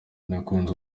nakunze